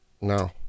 No